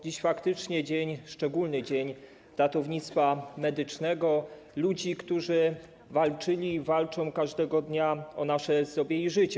Dziś faktycznie dzień szczególny, Dzień Ratownictwa Medycznego, dzień ludzi, którzy walczyli i walczą każdego dnia o nasze zdrowie i życie.